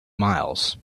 miles